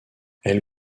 elle